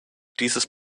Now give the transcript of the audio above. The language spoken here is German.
dieses